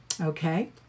Okay